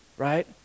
Right